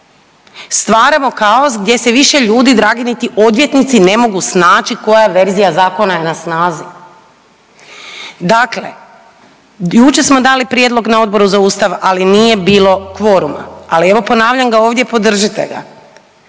stvaramo kaos gdje se više ljudi dragi niti odvjetnici ne mogu snaći koja verzija zakona je snazi. Dakle, jučer smo dali prijedlog na Odboru za Ustav, ali nije bilo kvoruma, ali evo ponavljam ga ovdje podržite ga.